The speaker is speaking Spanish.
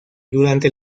durante